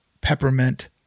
peppermint